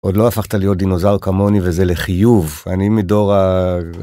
עוד לא הפכת להיות דינוזאר כמוני וזה לחיוב, אני מדור ה...